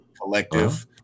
collective